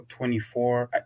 24